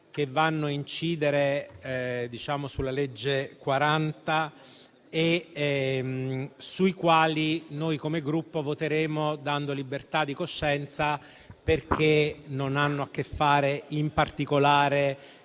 che vanno a incidere sulla legge n. 40 del 2004, sui quali noi, come Gruppo, voteremo dando libertà di coscienza, perché non hanno a che fare in particolare